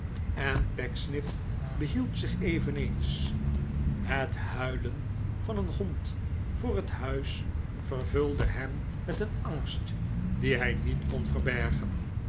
en pecksniff behielp zich evengesprek voor de begrafenis eens het huilen van een hond voor het huis vervulde hem met een angst dien hij niet kon verbergen